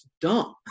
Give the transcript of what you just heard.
dumb